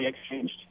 exchanged